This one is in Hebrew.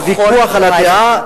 הוויכוח על הדעה,